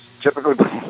typically